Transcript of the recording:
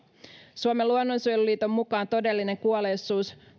suomen luonnonsuojeluliiton mukaan todellinen kuolleisuus